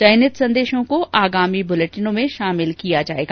चयनित संदेशों को आगामी बुलेटिनों में शामिल किया जाएगा